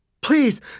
Please